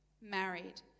Married